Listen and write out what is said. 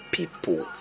people